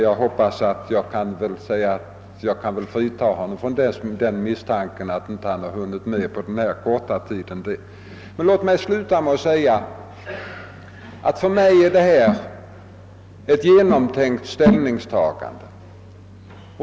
Jag kan väl frita honom från den misstanken; han har knappast på den här korta tiden hunnit med att göra sig skyldig till någon sådan förseelse. Låt mig sluta med att säga att detta för mig är ett genomtänkt ställningstagande.